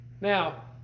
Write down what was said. Now